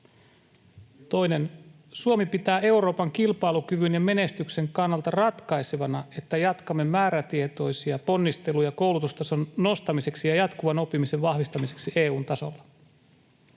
Toinen: ”Suomi pitää Euroopan kilpailukyvyn ja menestyksen kannalta ratkaisevana, että jatkamme määrätietoisia ponnisteluja koulutustason nostamiseksi ja jatkuvan oppimisen vahvistamiseksi EU:n tasolla.”